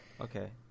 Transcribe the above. okay